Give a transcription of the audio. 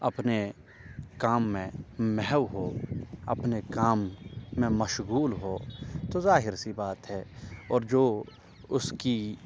اپنے کام میں محو ہو اپنے کام میں مشغول ہو تو ظاہر سی بات ہے اور جو اس کی